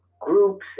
groups